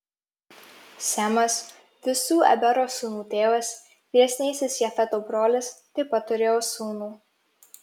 semas visų ebero sūnų tėvas vyresnysis jafeto brolis taip pat turėjo sūnų